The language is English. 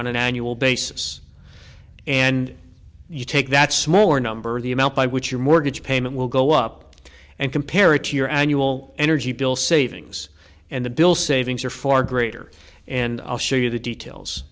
on an annual basis and you take that smaller number the amount by which your mortgage payment will go up and compare it to your annual energy bill savings and the bill savings are far greater and i'll show you the details